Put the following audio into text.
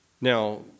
Now